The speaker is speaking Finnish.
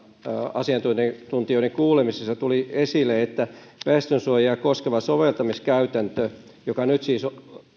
asiantuntijoiden kuulemisissa tuli esille että väestönsuojia koskeva soveltamiskäytäntö joka nyt siis